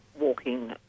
walking